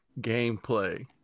gameplay